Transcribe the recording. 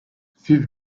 siz